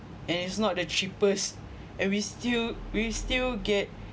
and it's not the cheapest and we still we still get